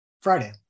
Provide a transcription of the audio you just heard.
Friday